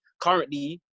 currently